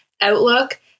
outlook